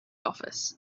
office